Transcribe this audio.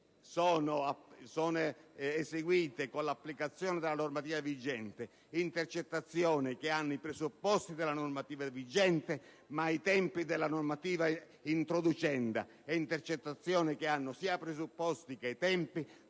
eseguite con l'applicazione della normativa vigente, intercettazioni che hanno i presupposti della normativa vigente ma i tempi della normativa introducenda e intercettazioni che hanno sia i presupposti che i tempi